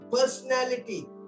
Personality